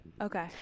Okay